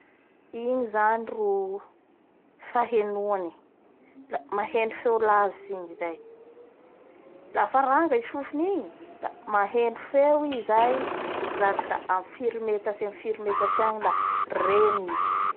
Igny zany ro fahenoany la maheno feo lavitsy i zay, lafa ranga i sofony igny a maheno feo i zay, ndaky da amin'ny firy metetsy amin'ny firy metatsy agny la reny.